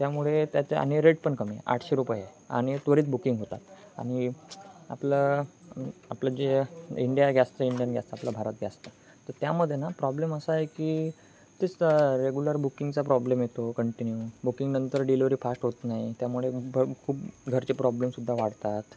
त्यामुळे त्याचे आणि रेट पण कमी आहे आठशे रुपये आहे आणि त्वरित बुकिंग होतात आणि आपलं आपलं जे इंडिया गॅस तर इंडियन गॅस तर आपलं भारत गॅस तर त्यामध्ये ना प्रॉब्लेम असं आहे की तेच रेगुलर बुकिंगचा प्रॉब्लेम येतो कंटिन्यू बुकिंगनंतर डिलिव्हरी फास्ट होत नाही त्यामुळे खूप घरचे प्रॉब्लेमसुद्धा वाढतात